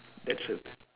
that's a